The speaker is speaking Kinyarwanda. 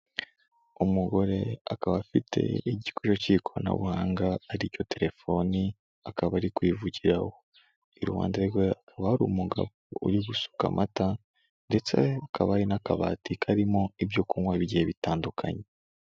Umugore akaba afite igikoresho cy'ikoranabuhanga aricyo telefoni, akaba ari kwivugiraho, iruhande rwe hari umugabo uri gusuka amata ndetse akaba hari n'akabati karimo ibyo kunywa bigiye bitandukanye.